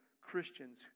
Christians